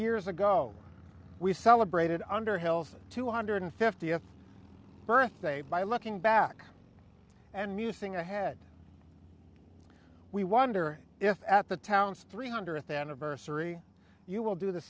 years ago we celebrated under hills two hundred fiftieth birthday by looking back and musing ahead we wonder if at the town's three hundredth anniversary you will do the